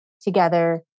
together